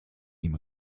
ihm